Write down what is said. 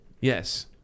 Yes